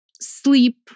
sleep